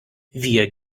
wir